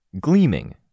Gleaming